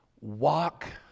walk